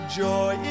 joy